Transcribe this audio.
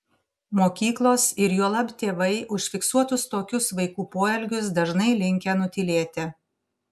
mokyklos ir juolab tėvai užfiksuotus tokius vaikų poelgius dažnai linkę nutylėti